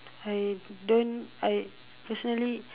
I don't I personally